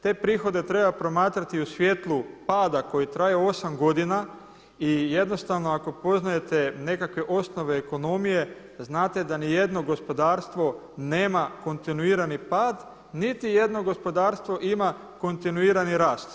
Te prihode treba promatrati u svijetlu pada koji traje 8 godina i jednostavno ako poznajete nekakve osnove ekonomije znate da ni jedno gospodarstvo nema kontinuirani pad, niti jedno gospodarstvo ima kontinuirani rast.